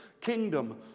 kingdom